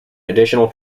additional